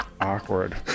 awkward